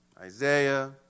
Isaiah